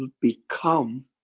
become